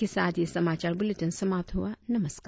इसी के साथ यह समाचार बुलेटिन समाप्त हुआ नमस्कार